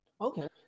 Okay